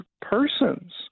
persons